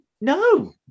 No